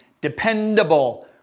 dependable